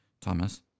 Thomas